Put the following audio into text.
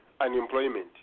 unemployment